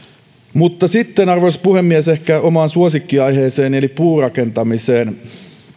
mutta sitten arvoisa puhemies ehkä omaan suosikkiaiheeseeni eli puurakentamiseen